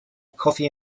coffee